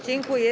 Dziękuję.